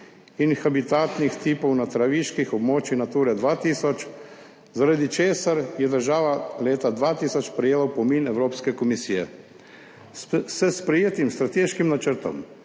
in habitatnih tipov na traviških območjih Nature 2000, zaradi česar je država leta 2000 prejela opomin Evropske komisije. S sprejetim strateškim načrtom